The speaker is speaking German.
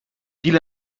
viel